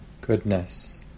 goodness